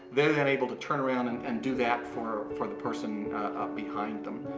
they're then able to turn around and and do that for for the person behind them.